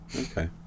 Okay